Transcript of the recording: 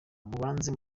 mubanze